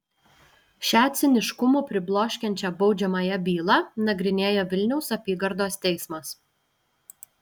šią ciniškumu pribloškiančią baudžiamąją bylą nagrinėja vilniaus apygardos teismas